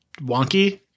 wonky